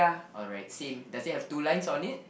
alright same does it have two lines on it